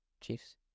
Chiefs